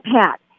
Pat